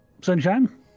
Sunshine